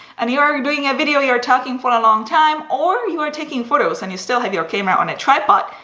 and you are doing a video. you are talking for a long time or you are taking photos and you still have your camera on a tripod,